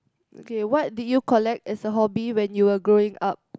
K what did you collect as a hobby when you were growing up